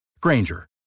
Granger